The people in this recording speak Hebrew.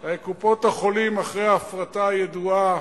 הרי קופות-החולים, אחרי ההפרטה הידועה,